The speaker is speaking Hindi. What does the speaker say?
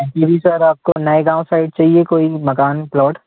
बी सर आपको नए गाँव साइड चहिए कोई मकान प्लॉट